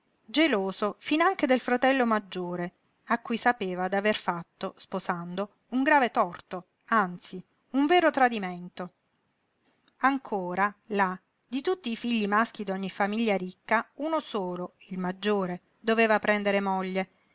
geloso fin anche del fratello maggiore a cui sapeva d'aver fatto sposando un grave torto anzi un vero tradimento ancora là di tutti i figli maschi d'ogni famiglia ricca uno solo il maggiore doveva prendere moglie